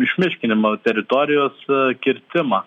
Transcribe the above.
išmiškinimą teritorijos kirtimą